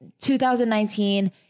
2019